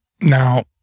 now